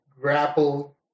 grapple